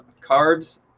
cards